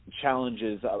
challenges